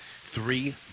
Three